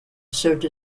served